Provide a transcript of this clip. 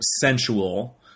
sensual